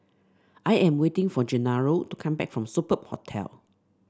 I am waiting for Gennaro to come back from Superb Hotel